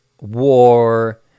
war